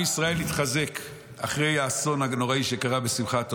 עם ישראל התחזק אחרי האסון הנוראי שקרה בשמחת תורה,